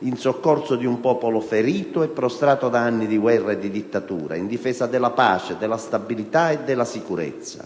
in soccorso di un popolo ferito e prostrato da anni di guerra e di dittatura, in difesa della pace, della stabilità e della sicurezza.